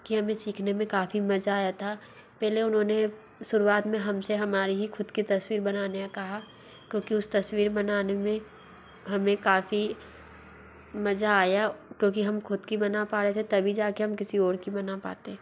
कि हमें सीखने में काफ़ी मज़ा आया था पहले उनहोंने शुरुवात में हम से हमारे ही ख़ुद की तस्वीर बनाने का कहा क्योंकि उस तस्वीर बनाने में हमें काफ़ी मज़ा आया क्योंकि हम ख़ुद की बना पा रहे थे तभी जा के हम किसी और की बना पाते